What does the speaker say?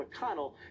mcconnell